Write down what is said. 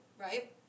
Right